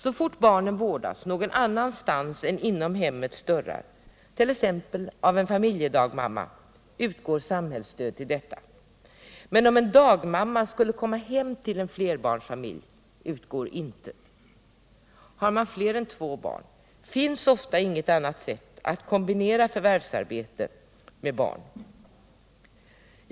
Så fort barnen vårdas någon annanstans än inom hemmets dörrar, t.ex. av familjedagmamma, utgår samhällsstöd till detta. Men om en dagmamma skulle komma hem till en flerbarnsfamilj utgår intet. Har man fler än två barn finns ofta inget annat sätt att kombinera förvärvsarbete med barn.